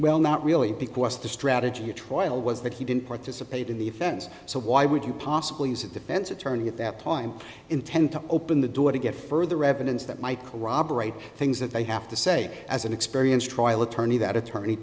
well not really because the strategy of trial was that he didn't participate in the offense so why would you possibly use a defense attorney at that time intent to open the door to get further evidence that might corroborate things that they have to say as an experienced trial attorney that attorney